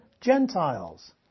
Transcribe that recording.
Gentiles